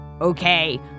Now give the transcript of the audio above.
okay